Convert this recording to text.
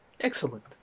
Excellent